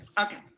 Okay